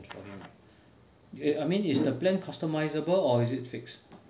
for him eh I mean is the plan customizable or is it fixed